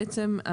בעצם,